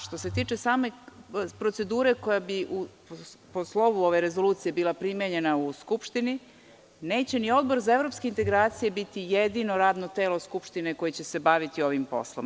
Što se tiče same procedure koja bi po slovo ove rezolucije bila primenjena u Skupštini, neće ni Odbor za evropske integracije biti jedino radno telo Skupštine koje će se baviti ovim poslom.